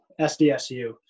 SDSU